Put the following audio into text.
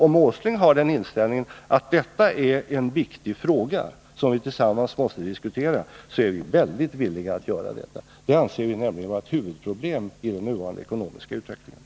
Om Nils Åsling har den inställningen att detta är en viktig fråga, som vi tillsammans måste diskutera, är vi väldigt villiga att göra det. Det anser vi nämligen vara ett huvudproblem för den nuvarande ekonomiska utvecklingen.